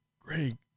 Greg